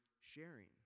sharing